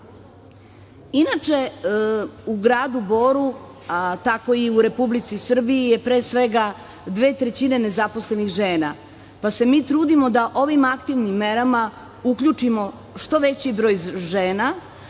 mlade. Inače, u gradu Boru je, tako je i u Republici Srbiji, pre svega dve trećine nezaposlenih žena, pa se mi trudimo da ovim aktivnim merama uključimo što veći broj žena,